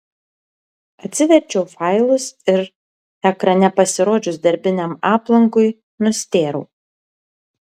atsiverčiau failus ir ekrane pasirodžius darbiniam aplankui nustėrau